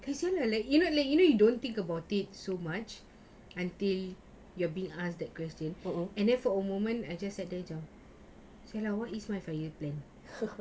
you know like you know you don't think about it so much until you are being asked the question and then for a moment I just sat there jer !siala! what is my five year plan